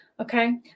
Okay